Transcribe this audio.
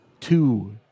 two